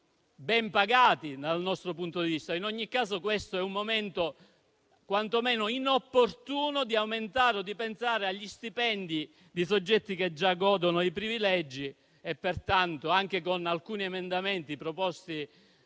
ben pagati. In ogni caso, questo è un momento quantomeno inopportuno per aumentare o pensare agli stipendi di soggetti che già godono di privilegi. Pertanto, anche con alcuni emendamenti proposti